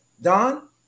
Don